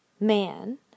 man